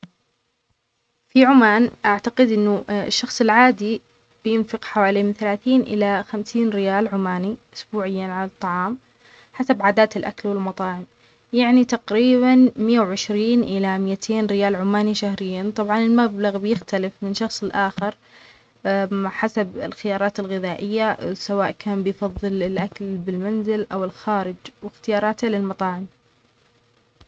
في عمان أعتقد أنو الشخص العادى بينفق حوالي من ثلاثين إلى خمسين ريال عماني أسبوعاً على الطعام حسب عادات الأكل والمطاعم يعنى تقريباً مية وعشرين إلى ميتين ريال عماني شهرياً، طبعا المبلغ بيختلف من شخص لآخر حسب الخيارات الغذائية سواء كان بيفظل الأكل بالمنزل أو الخارج وأختياراته للمطاعم.